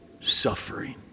suffering